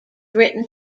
written